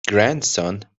grandson